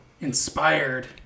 inspired